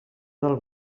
del